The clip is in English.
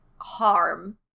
harm